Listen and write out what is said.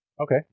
Okay